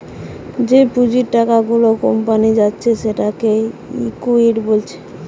যে পুঁজির টাকা গুলা কোম্পানি পাচ্ছে সেটাকে ইকুইটি বলছে